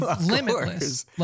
limitless